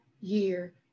year